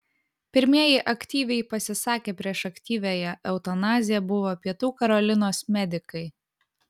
pirmieji aktyviai pasisakę prieš aktyviąją eutanaziją buvo pietų karolinos medikai